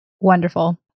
Wonderful